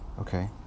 Okay